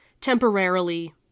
temporarily